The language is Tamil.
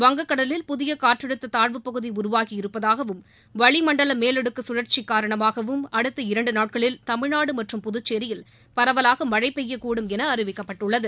வங்கக் கடலில் புதிய காற்றழுத்த தாழ்வு பகுதி உருவாகி இருப்பதாகவும் வளி மண்டல மேலடுக்கு கழற்சி காரணமாகவும் அடுத்த இரண்டு நாட்களில் தமிழ்நாடு மற்றும் புதுச்சேரியில் பரவலாக மழை பெய்யக்கூடும் என அறிவிக்கப்பட்டுள்ளது